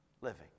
living